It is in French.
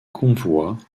convois